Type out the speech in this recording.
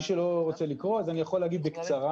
מי שלא רוצה לקרוא, אני יכול להגיד בקצרה